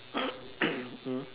mm